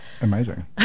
Amazing